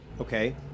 Okay